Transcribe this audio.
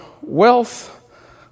wealth